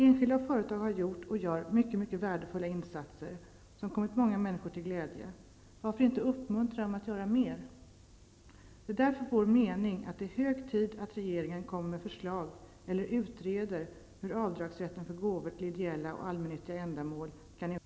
Enskilda och företag har gjort och gör mycket värdefulla insatser, som har varit till glädje för många människor. Varför kan man inte uppmuntra dem att göra mer? Det är därför vår mening att det är hög tid att regeringen lägger fram förslag om eller utreder hur avdragsrätten för gåvor till ideella och allmännyttiga ändamål kan utformas.